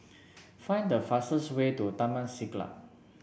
find the fastest way to Taman Siglap